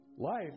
Life